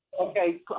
Okay